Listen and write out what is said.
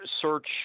search